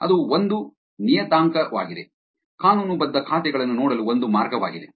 ಅದು ಒಂದು ನಿಯತಾಂಕವಾಗಿದೆ ಕಾನೂನುಬದ್ಧ ಖಾತೆಗಳನ್ನು ನೋಡಲು ಒಂದು ಮಾರ್ಗವಾಗಿದೆ